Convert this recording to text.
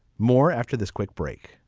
more after this quick break.